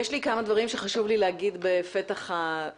יש לי כמה דברים שחשוב לי לומר בפתח הדיון.